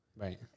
Right